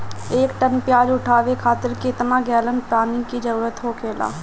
एक टन प्याज उठावे खातिर केतना गैलन पानी के जरूरत होखेला?